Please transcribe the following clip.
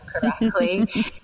correctly